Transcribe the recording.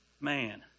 Man